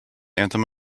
anthem